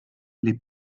les